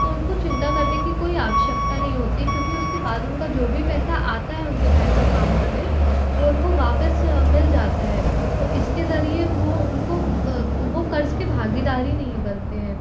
तो उनको चिंता करने की कोई आवश्यकता नहीं हाेती क्योंकि उसके बाद उनका जो भी पैसा आता है उनके बैंक अकाउंट में वो उनको वापिस मिल जाता है तो इसके ज़रिए वो उनको वो क़र्ज़ के भागीदारी नहीं बनते हैं